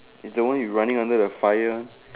is the one you're running under the fire